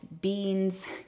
beans